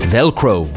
Velcro